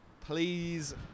Please